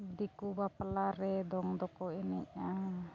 ᱫᱤᱠᱩ ᱵᱟᱯᱞᱟ ᱨᱮ ᱫᱚᱝ ᱫᱚᱠᱚ ᱮᱱᱮᱡᱼᱟ